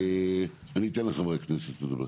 אני אתן לחברי הכנסת לדבר,